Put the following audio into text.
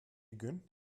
gün